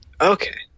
Okay